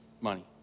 money